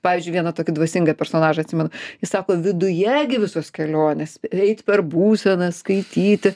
pavyzdžiui vieną tokį dvasingą personažą atsimenu jis sako viduje visos kelionės eit per būseną skaityt